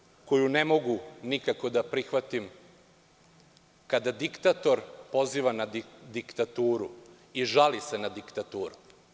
Jednu stvar koju ne mogu nikako da prihvatim, kada diktator poziva na diktaturu i žali se na diktaturu.